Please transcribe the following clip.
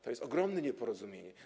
To jest ogromne nieporozumienie.